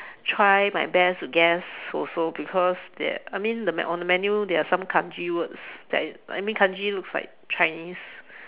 try my best to guess also because there I mean the on the menu there are some Kanji words that is I mean Kanji looks like Chinese